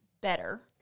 better